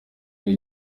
ari